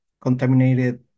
contaminated